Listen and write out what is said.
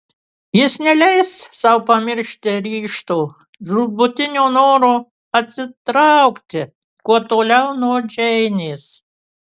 jis neleis sau pamiršti ryžto žūtbūtinio noro atsitraukti kuo toliau nuo džeinės